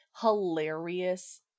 hilarious